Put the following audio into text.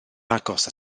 agos